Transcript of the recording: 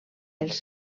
els